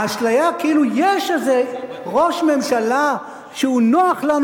האשליה כאילו יש איזה ראש ממשלה שהוא נוח לנו